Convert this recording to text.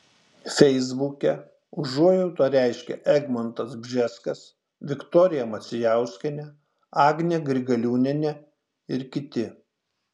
feisbuke užuojautą reiškia egmontas bžeskas viktorija macijauskienė agnė grigaliūnienė ir kiti